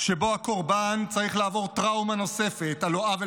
שבו הקורבן צריך לעבור טראומה נוספת על לא עוול